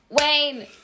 Wayne